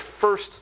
first